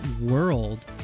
world